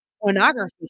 pornography